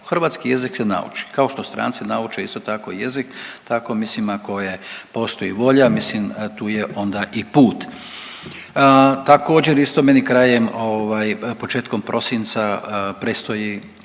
Hrvatski jezik se nauči. Kao što stranci nauče isto tako jezik, tako mislim ako je, postoji volja mislim tu je onda i put. Također isto meni krajem, početkom prosinca predstoji